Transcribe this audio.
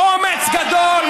באומץ גדול,